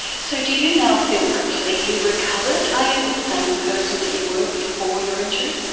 so do you now feel completely recovered? are you the same person that you were before your injury?